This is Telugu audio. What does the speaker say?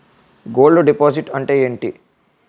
గోల్డ్ డిపాజిట్ అంతే ఎంటి?